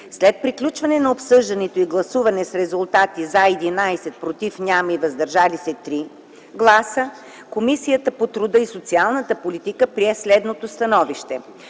След приключване на обсъждането и гласуване с резултати: „за” – 11 гласа, „против” няма и „въздържали се” – 3 гласа, Комисията по труда и социалната политика прие следното становище: